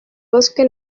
bosque